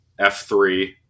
F3